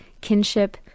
kinship